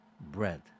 bread